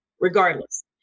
regardless